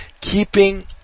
Keeping